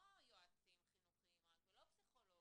לא יועצים חינוכיים רק ולא פסיכולוג,